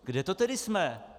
Kde to tedy jsme?